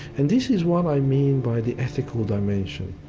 and this is what i mean by the ethical dimension.